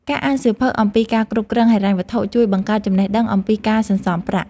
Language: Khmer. ការអានសៀវភៅអំពីការគ្រប់គ្រងហិរញ្ញវត្ថុជួយបង្កើតចំណេះដឹងអំពីការសន្សុំប្រាក់។